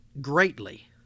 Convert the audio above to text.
greatly